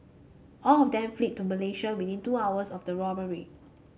all of them fled to Malaysia within two hours of the robbery